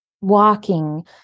walking